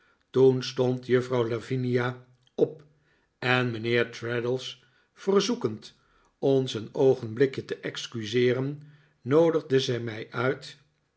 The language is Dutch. toen stond juffrouw lavinia op en mijnheer traddles verzoekend ons een oogenmikje te excuseeren noodigde zij mij uit